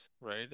right